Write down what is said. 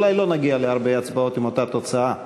אולי לא נגיע להרבה הצבעות עם אותה תוצאה,